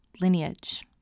lineage